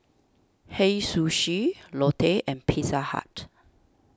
Hei Sushi Lotte and Pizza Hut